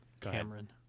Cameron